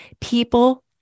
People